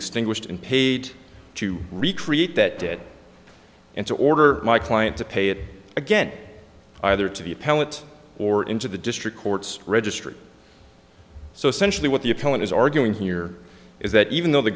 extinguished and paid to recreate that did and to order my client to pay it again either to the appellate or into the district court's registry so essentially what the appellant is arguing here is that even though the